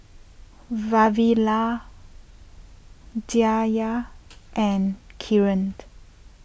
Vavilala Dhyan and Kiran